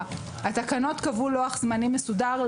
התקנות קבעו לוח זמנים מסודר,